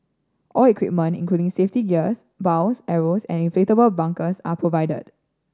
all equipment including safety gears bows arrows and inflatable bunkers are provided